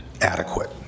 adequate